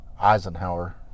Eisenhower